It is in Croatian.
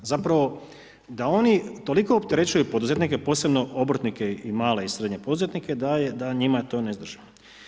Zapravo da oni toliko opterećuju poduzetnike posebno obrtnike i male i srednje poduzetnike da je njima to neizdrživo.